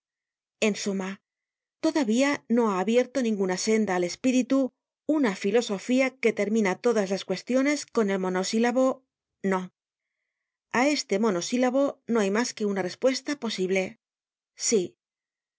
en suma todavía no ha abierto ninguna senda al espíritu una filosofía que termina todas las cuestiones con el monosílabo no a este monosílabo no hay mas que una respuesta posible sí